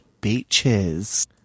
beaches